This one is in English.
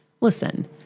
listen